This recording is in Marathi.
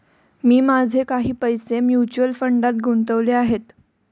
मी माझे काही पैसे म्युच्युअल फंडात गुंतवले आहेत